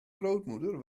grootmoeder